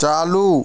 चालू